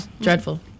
Dreadful